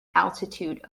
altitude